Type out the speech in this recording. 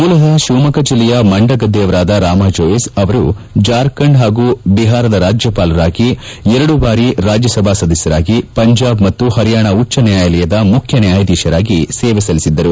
ಮೂಲತಃ ಶಿವಮೊಗ್ಗ ಜಿಲ್ಲೆ ಮಂಡಗದ್ದೆಯವರಾದ ರಾಮಾ ಜೋಯಿಸ್ ಅವರು ಜಾರ್ಖಂಡ್ ಹಾಗೂ ವಿಹಾರದ ರಾಜ್ಯಪಾಲರಾಗಿ ಎರಡು ಬಾರಿ ರಾಜ್ಲಸಭಾ ಸದಸ್ಯರಾಗಿ ಪಂಜಾಬ್ ಮತ್ತು ಹರಿಯಾಣ ಉಚ್ಲ ನ್ಯಾಯಾಲಯದ ಮುಖ್ಯ ನ್ಯಾಯಾಧೀಶರಾಗಿ ಸೇವೆ ಸಲ್ಲಿಸಿದ್ದರು